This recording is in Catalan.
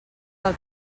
del